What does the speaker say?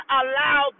allow